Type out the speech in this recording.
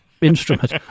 instrument